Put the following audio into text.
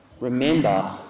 Remember